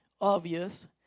obvious